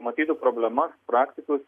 matytų problemas praktikus